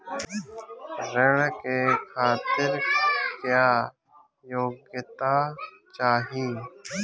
ऋण के खातिर क्या योग्यता चाहीं?